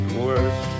worse